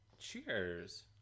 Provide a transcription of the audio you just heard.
Cheers